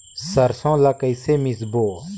सरसो ला कइसे मिसबो?